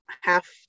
half